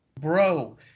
Bro